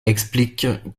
explique